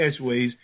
Cashways